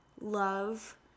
love